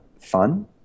fun